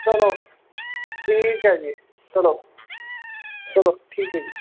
ਚਲੋ ਠੀਕ ਹੈ ਜੀ ਚਲੋ ਚਲੋ ਠੀਕ ਹੈ ਜੀ